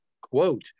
quote